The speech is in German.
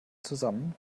zusammen